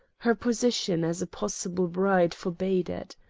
her position as a possible bride forbade it.